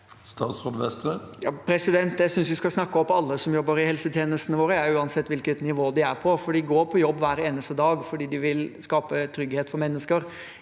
Christian Vestre Jeg synes vi skal snakke opp alle som jobber i helsetjenestene våre, uansett hvilket nivå de er på, for de går på jobb hver eneste dag fordi de vil skape trygghet for mennesker,